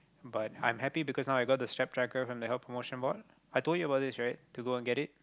but I'm happy because now I got the step tracker from the health promotion board I told you about this right to go and get it